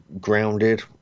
grounded